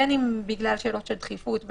בין אם בגלל שאלות של דחיפות,